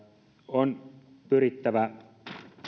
on pyrittävä